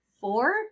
four